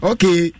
Okay